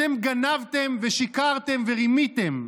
אתם גנבתם ושיקרתם ורימיתם.